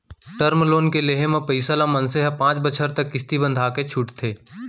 term loan के लेहे म पइसा ल मनसे ह पांच बछर तक किस्ती बंधाके छूटथे